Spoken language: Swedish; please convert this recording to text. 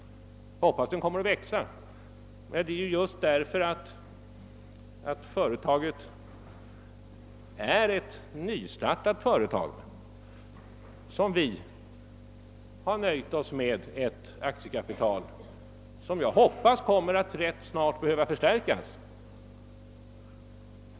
Jag hoppas att den kommer att växa. Men det är just därför att företaget är nystartat som vi har nöjt oss med ett aktiekapital som jag hoppas ganska snart kommer att behöva förstärkas.